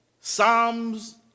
Psalms